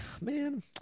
Man